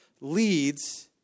leads